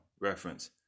reference